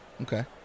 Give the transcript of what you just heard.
Okay